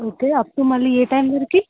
okay up to మళ్ళీ ఏ time వరకు